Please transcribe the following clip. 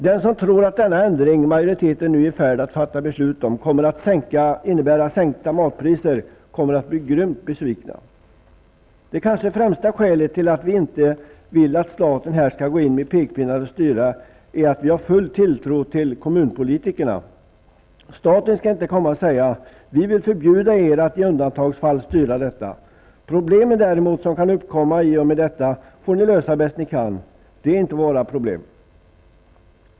De som tror att den ändring majoriteten nu är i färd med att fatta beslut om kommer att bli grymt besvikna. Det kanske främsta skälet till att vi inte vill att staten här skall gå in med pekpinnar och styra är att vi har full tilltro till kommunpolitikerna. Staten skall inte komma och säga: ''Vi vill förbjuda er att i undantagsfall styra detta. Problemen som kan uppkomma i och med detta får ni däremot lösa bäst ni kan. De är inte våra problem.''